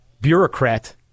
bureaucrat